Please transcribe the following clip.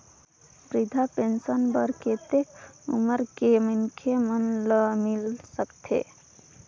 वृद्धा पेंशन बर कतेक उम्र के मनखे मन ल मिल सकथे?